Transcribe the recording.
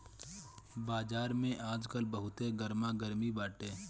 बाजार में आजकल बहुते गरमा गरमी बाटे